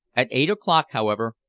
at eight o'clock, however,